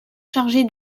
chargé